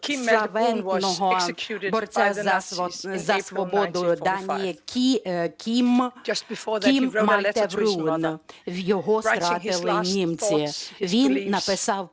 славетного борця за свободу Данії Кім Мальте-Бруун, його стратили німці. Він написав